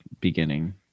beginning